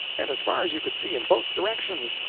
and as far as you could see, in both directions,